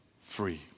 free